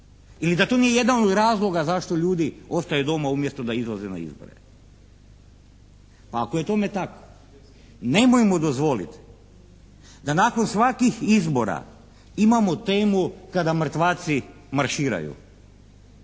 ili da to nije jedan od razloga zašto ljudi ostaju doma umjesto da izlaze na izbore. Pa ako je tome tako, nemojmo dozvoliti da nakon svakih izbora imamo temu kada mrtvaci marširaju.